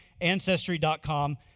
Ancestry.com